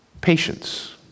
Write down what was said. Patience